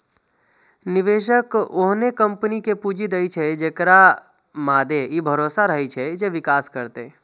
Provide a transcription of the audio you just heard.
निवेशक ओहने कंपनी कें पूंजी दै छै, जेकरा मादे ई भरोसा रहै छै जे विकास करतै